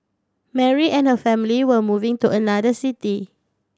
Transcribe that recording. Mary and her family were moving to another city